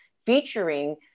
featuring